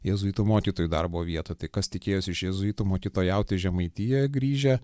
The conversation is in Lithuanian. jėzuitų mokytojų darbo vietų tai kas tikėjosi iš jėzuitų mokytojauti į žemaitiją grįžę